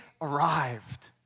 arrived